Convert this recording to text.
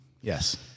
Yes